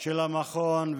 של המכון,